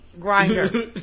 grinder